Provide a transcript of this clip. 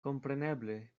kompreneble